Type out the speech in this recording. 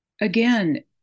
Again